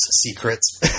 secrets